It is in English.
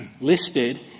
listed